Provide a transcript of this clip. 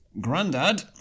Grandad